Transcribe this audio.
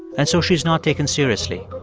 and so she's not taken seriously.